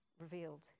revealed